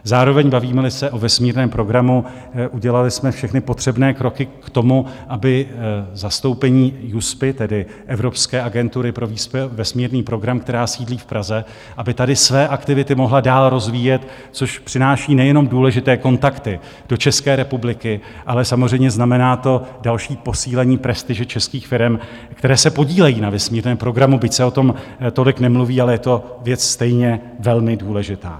Zároveň, bavímeli se o vesmírném programu, udělali jsme všechny potřebné kroky k tomu, aby zastoupení EUSPA, tedy Evropské agentury pro vesmírný program, která sídlí v Praze, aby tady své aktivity mohla dál rozvíjet, což přináší nejenom důležité kontakty do České republiky, ale samozřejmě znamená to další posílení prestiže českých firem, které se podílejí na vesmírném programu, byť se o tom tolik nemluví, ale je to věc stejně velmi důležitá.